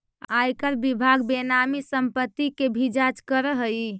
आयकर विभाग बेनामी संपत्ति के भी जांच करऽ हई